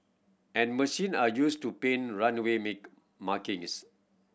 and machine are used to paint runway make markings